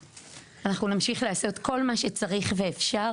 אנחנו נמשיך לעשות כל מה שצריך ואפשר